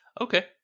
Okay